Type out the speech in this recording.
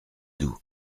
d’août